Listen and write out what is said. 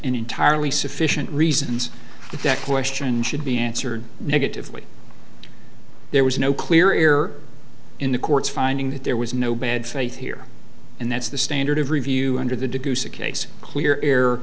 entirely sufficient reasons that that question should be answered negatively there was no clear error in the court's finding that there was no bad faith here and that's the standard of review under the